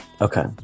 Okay